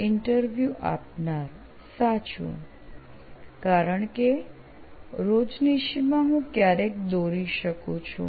interview આપનાર સાચું કારણ કે ડાયરીમાં હું ક્યારેક દોરી કરી શકું છું